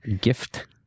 gift